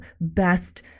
best